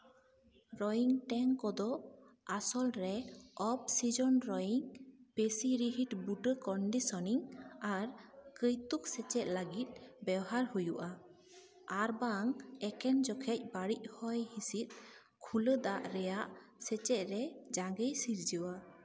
ᱨᱚᱭᱤᱝ ᱴᱮᱝ ᱠᱚᱫᱚ ᱟᱥᱚᱞ ᱨᱮ ᱚᱯᱷ ᱥᱤᱡᱚᱱ ᱨᱚᱭᱤᱝ ᱯᱮᱥᱤ ᱨᱤᱦᱤᱴ ᱵᱩᱴᱟᱹ ᱠᱚᱱᱰᱤᱥᱚᱱᱤᱝ ᱟᱨ ᱠᱟᱹᱭᱛᱩᱠ ᱥᱮᱪᱮᱫ ᱞᱟᱹᱜᱤᱫ ᱵᱮᱣᱦᱟᱨ ᱦᱩᱭᱩᱜᱼᱟ ᱟᱨ ᱵᱟᱝ ᱮᱠᱮᱱ ᱡᱚᱠᱷᱮᱡ ᱵᱟᱹᱲᱤᱡ ᱦᱚᱭ ᱦᱤᱸᱥᱤᱫ ᱠᱷᱩᱞᱟᱹ ᱫᱟᱜ ᱨᱮᱭᱟᱜ ᱥᱮᱪᱮᱫ ᱨᱮ ᱡᱟᱸᱜᱮᱭ ᱥᱤᱨᱡᱟᱹᱣᱼᱟ